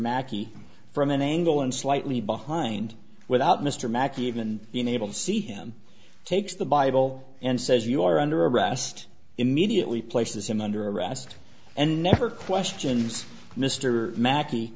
makki from an angle and slightly behind without mr mack even being able to see him take the bible and says you are under arrest immediately places him under arrest and never questions mr ma